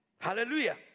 Hallelujah